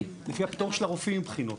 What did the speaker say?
לפי הפטור של הרופאים מבחינות.